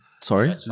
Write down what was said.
Sorry